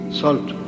salt